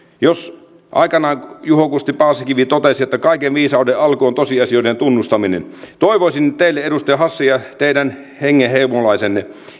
jos aikanaan juho kusti paasikivi totesi että kaiken viisauden alku on tosiasioiden tunnustaminen toivoisin teille edustaja hassi ja teidän hengenheimolaisenne